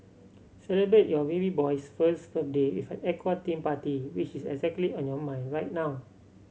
celebrate your baby boy's first birthday with an aqua theme party which is exactly on your mind right now